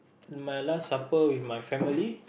my last supper with my family